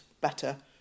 better